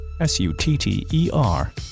S-U-T-T-E-R